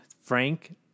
Frank